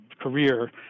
career